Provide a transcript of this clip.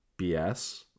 BS